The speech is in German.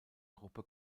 gruppe